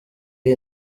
iyi